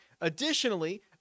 Additionally